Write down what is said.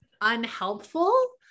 unhelpful